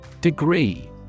Degree